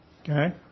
Okay